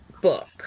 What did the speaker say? book